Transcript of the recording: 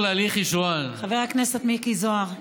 חבר הכנסת מיקי זוהר,